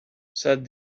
said